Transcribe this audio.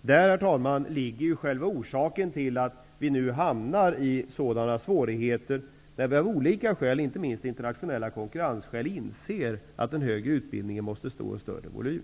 Där, herr talman, ligger själva orsaken till att vi nu hamnar i sådana svårigheter och att vi av olika skäl, inte minst med tanke på vår internationella konkurrensförmåga, inser att den högre utbildningen måste få en större volym.